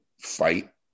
fight